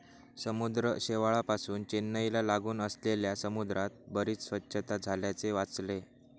समुद्र शेवाळापासुन चेन्नईला लागून असलेल्या समुद्रात बरीच स्वच्छता झाल्याचे वाचले